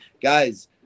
guys